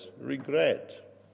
regret